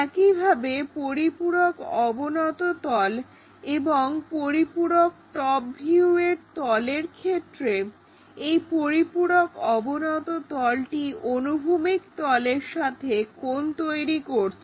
একইভাবে পরিপূরক অবনত তল এবং পরিপূরক টপ ভিউয়ের তল ক্ষেত্রে এই পরিপূরক অবনত তলটি অনুভূমিক তলের সাথে কোণ তৈরি করছে